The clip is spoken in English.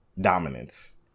dominance